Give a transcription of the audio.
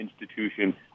institution